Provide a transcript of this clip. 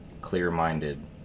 clear-minded